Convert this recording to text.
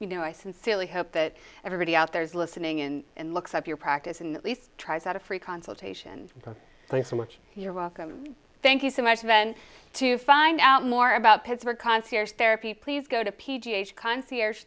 you know i sincerely hope that everybody out there is listening and looks up your practice and at least tries out a free consultation thanks so much you're welcome thank you so much ben to find out more about pittsburgh concierge therapy please go to p g a concierge